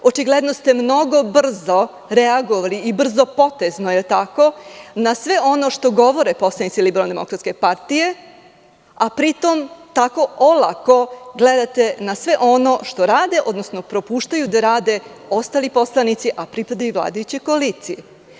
Očigledno ste mnogo brzo reagovali i brzopotezno na sve ono što govore poslanici LDP, a pri tome tako olako gledate na sve ono što rade, odnosno propuštaju da rade ostali poslanici, a pripadaju vladajućoj koaliciji.